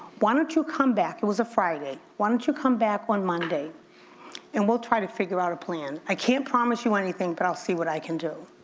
why don't you come back, it was a friday, why don't you come back on monday and we'll try to figure out a plan. i can't promise you anything, but i'll see what i can do.